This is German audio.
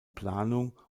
planung